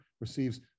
receives